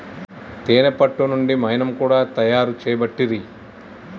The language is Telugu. తేనే పట్టు నుండి మైనం కూడా తయారు చేయబట్టిరి